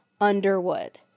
Underwood